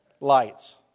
lights